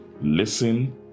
listen